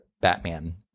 batman